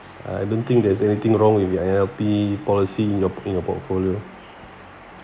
uh I don't think there's anything wrong with the I_L_P policy in your in your portfolio